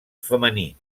femení